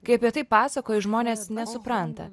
kai apie tai pasakoju žmonės nesupranta